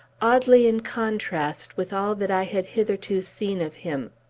oddly in contrast with all that i had hitherto seen of him.